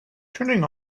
turning